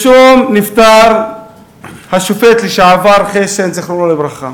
שלשום נפטר השופט לשעבר חשין, זיכרונו לברכה,